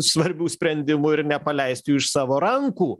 svarbių sprendimų ir nepaleist jų iš savo rankų